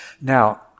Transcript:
Now